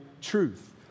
truth